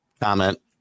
comment